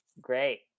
Great